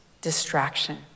distraction